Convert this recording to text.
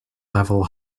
level